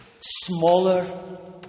smaller